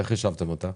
איך חישבתם אותה?